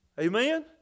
Amen